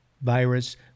virus